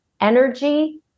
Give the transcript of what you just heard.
energy